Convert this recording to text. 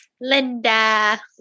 linda